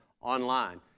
online